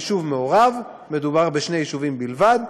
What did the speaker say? יישוב מעורב, מדובר בשני יישובים בלבד,